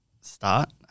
start